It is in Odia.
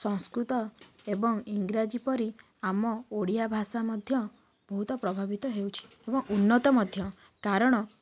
ସଂସ୍କୃତ ଏବଂ ଇଂରାଜୀ ପରି ଆମ ଓଡ଼ିଆ ଭାଷା ମଧ୍ୟ ବହୁତ ପ୍ରଭାବିତ ହେଉଛି ଏବଂ ଉନ୍ନତ ମଧ୍ୟ କାରଣ